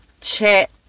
chat